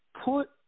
put